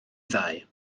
ddau